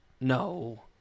No